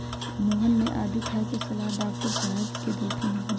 मोहन के आदी खाए के सलाह डॉक्टर साहेब देलथिन ह